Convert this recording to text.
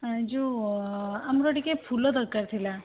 ଯେଉଁ ଆମର ଟିକିଏ ଫୁଲ ଦରକାର ଥିଲା